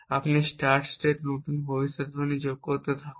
আপনি স্টার্ট সেটে নতুন ভবিষ্যদ্বাণী যোগ করতে থাকুন